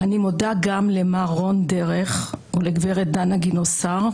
אני מודה גם למר רון דרך ולגב' דנה גינוסר,